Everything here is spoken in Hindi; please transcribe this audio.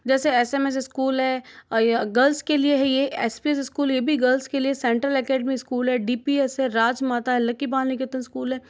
जैसे एस एम एस स्कूल है गर्ल्स के लिए है ये एस पी स्कूल ये भी गर्ल्स के लिए है गर्ल्स के लिए सेंटर अकेडमी स्कूल है डी पी ई एस है राज माता लकी बाल निकेतन स्कूल है